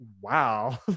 wow